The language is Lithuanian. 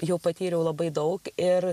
jau patyriau labai daug ir